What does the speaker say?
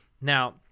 Now